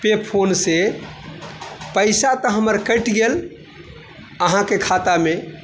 पे phone सँ पैसा तऽ हमर कटि गेल अहाँके खातामे